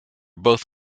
both